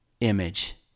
image